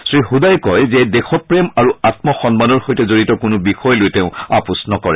শ্ৰী হ্দাই কয় যে দেশপ্ৰেম আৰু আম্ম সন্মানৰ সৈতে জড়িত কোনো বিষয় লৈ তেওঁ আপোচ নকৰে